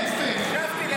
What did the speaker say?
הגבתי למה שאמרת עכשיו.